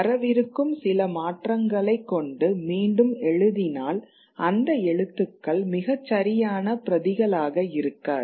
வரவிருக்கும் சில மாற்றங்களை கொண்டு மீண்டும் எழுதினால் அந்த எழுத்துக்கள் மிகச்சரியான பிரதிகளாக இருக்காது